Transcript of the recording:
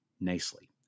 nicely